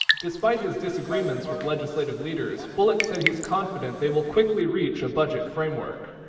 despite his disagreements with legislative leaders, bullock said he's confident they will quickly reach a budget framework.